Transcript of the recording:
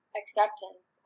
acceptance